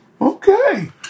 okay